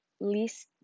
least